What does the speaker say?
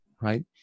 right